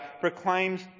proclaims